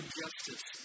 justice